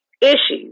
issues